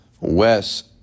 Wes